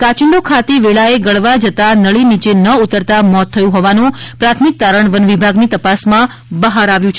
કાચિંડો ખાતી વેળાએ ગળવા જતા નળી નીચે ન ઉતરતા મોત થયું હોવાનું પ્રાથમિક તારણ વનવિભાગની તપાસમાં બહાર આવ્યું હતું